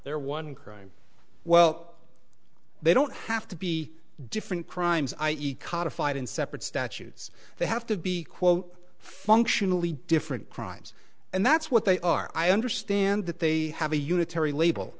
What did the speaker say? they're one crime well they don't have to be different crimes i e codified in separate statutes they have to be quote functionally different crimes and that's what they are i understand that they have a unitary label